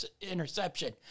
interception